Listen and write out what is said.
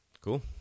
Cool